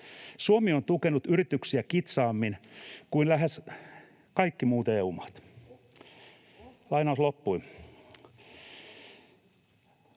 Suomi on tukenut yrityksiä kitsaammin kuin lähes kaikki muut EU-maat.”